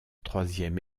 troisième